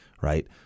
right